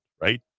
right